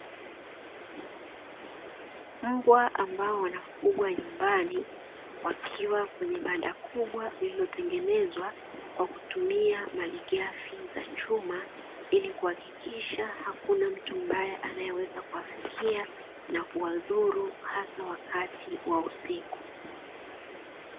Mbwa ambao wanafugwa nyumbani wakiwa kwenye banda kubwa lililotengenezwa kwa kutumia malighafi za chuma, ili kuhakikisha hakuna mtu mbaya anaeweza kuwafikia na kuwadhuru hasa wakati wa usiku.